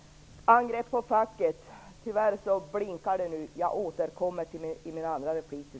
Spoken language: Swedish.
Angreppen på facket återkommer jag till i min andra replik.